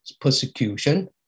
persecution